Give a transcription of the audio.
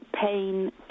pain